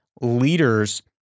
leaders